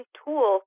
tool